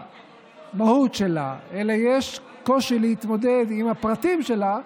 למהות שלה אלא יש קושי להתמודד עם הפרטים שלה,